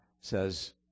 says